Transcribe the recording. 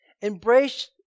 Embrace